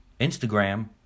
Instagram